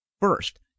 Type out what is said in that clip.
first